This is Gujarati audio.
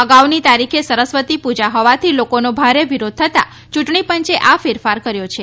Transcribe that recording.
અગાઉની તારીખે સરસ્વતી પૂજા હોવાથી લોકોનો ભારે વિરોધ થતાં ચૂંટણી પંચે આ ફેરફાર કર્યો છે